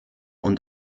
und